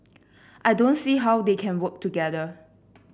I don't see how they can work together